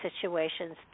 situations